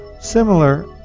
Similar